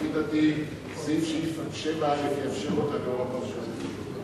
שלפי דעתי סעיף 7א יאפשר אותה לאור הפרשנות הזאת.